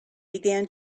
began